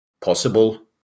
possible